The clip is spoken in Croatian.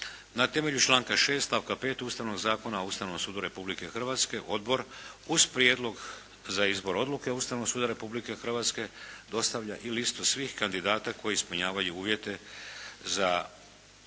Na temelju članka 6. stavka 5. Ustavnog zakona o Ustavnom sudu Republike Hrvatske, odbor uz prijedlog za izbor odluke Ustavnog suda Republike Hrvatske, dostavlja i listu svih kandidata koji ispunjavaju uvjete za suce